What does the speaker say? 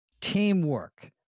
teamwork